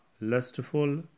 lustful